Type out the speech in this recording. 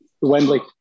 Wembley